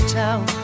town